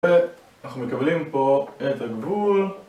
ואנחנו מקבלים פה את הגבול